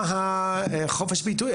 מה החופש ביטוי,